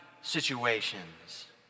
situations